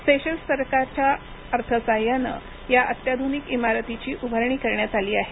Seychelles सरकारच्या अर्थसाह्यानं या अत्याधुनिक इमारतीची उभारणी करण्यात आली आहे